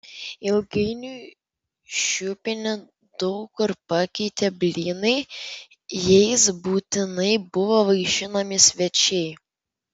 ilgainiui šiupinį daug kur pakeitė blynai jais būtinai buvo vaišinami svečiai